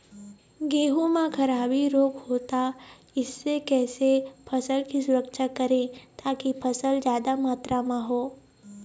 गेहूं म खराबी रोग होता इससे कैसे फसल की सुरक्षा करें ताकि फसल जादा मात्रा म हो?